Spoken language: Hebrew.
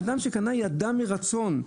אדם שקנה ידע ובחר מרצון.